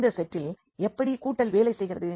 இந்த செட்டில் எப்படி கூட்டல் வேலை செய்கிறது